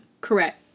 Correct